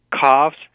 coughs